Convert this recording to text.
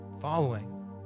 following